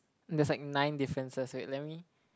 there's like nine differences wait let me